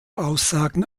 aussagen